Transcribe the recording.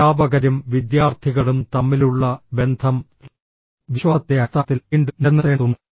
അധ്യാപകരും വിദ്യാർത്ഥികളും തമ്മിലുള്ള ബന്ധം വിശ്വാസത്തിൻ്റെ അടിസ്ഥാനത്തിൽ വീണ്ടും നിലനിർത്തേണ്ടതുണ്ട്